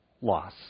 loss